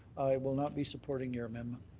will not be supporting your amendment.